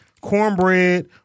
cornbread